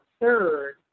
third